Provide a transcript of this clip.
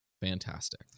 fantastic